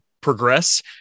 progress